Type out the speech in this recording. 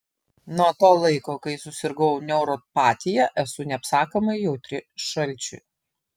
nuo to laiko kai susirgau neuropatija esu neapsakomai jautri šalčiui